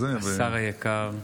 אדוני היושב-ראש, השר היקר,